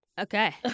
Okay